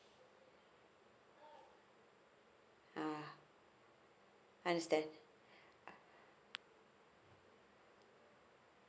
ah understand